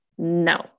No